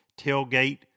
Tailgate